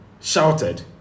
shouted